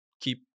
keep